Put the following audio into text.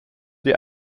die